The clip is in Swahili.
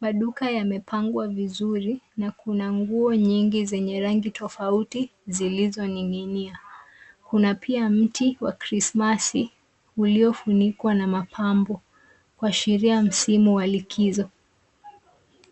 Maduka yamepangwa vizuri na kuna nguo nyingi zenye rangi tofauti zilizoning'inia. Kuna pia mti wa Krismasi uliofunikwa na mapambo, kuashiria msimu wa likizo.